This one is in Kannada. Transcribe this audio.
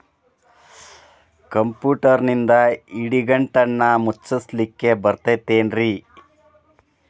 ಕಂಪ್ಯೂಟರ್ನಿಂದ್ ಇಡಿಗಂಟನ್ನ ಮುಚ್ಚಸ್ಲಿಕ್ಕೆ ಬರತೈತೇನ್ರೇ?